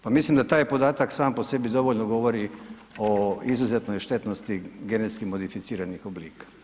Pa mislim da taj podatak sam po sebi dovoljno govori o izuzetnoj štetnosti genetski modificiranih oblika.